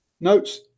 notes